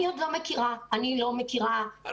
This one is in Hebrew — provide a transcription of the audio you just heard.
אני לא מכירה תקציב פתוח באף משרד.